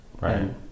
Right